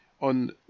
on